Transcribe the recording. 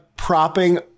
propping